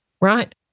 right